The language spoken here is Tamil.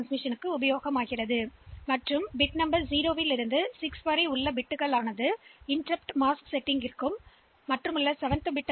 எனவே நீங்கள் இந்த RIM அறிவுறுத்தலைப் பயன்படுத்தும்போது பிட் எண் 0 முதல் 6 வரை இருக்கும் இந்த மீதமுள்ள பிட்கள் குறுக்கீடு நிறைந்த வெகுஜன அமைப்புகள் மற்றும் எல்லாவற்றிற்கும் ஏற்ப அமைக்கப்படுகின்றன ஆனால் இந்த SDI பிட்கள்